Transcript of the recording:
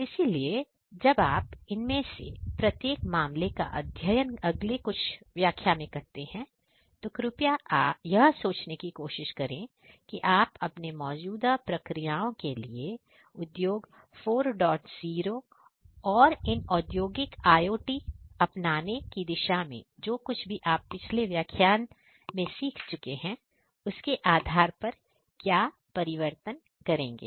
इसलिए जब आप इनमें से प्रत्येक मामले का अध्ययन अगले कुछ व्याख्या में करते हैं तो कृपया यह सोचने की कोशिश करें कि आप अपने मौजूदा प्रक्रियाओं के लिए उद्योग40 और इन और औद्योगिक IOT अपनाने की दिशा में जो कुछ भी आप पिछले व्याख्यान में सीख चुके हैं उसके आधार पर क्या परिवर्तन करेंगे